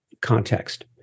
context